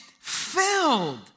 filled